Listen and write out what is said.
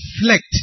reflect